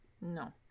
no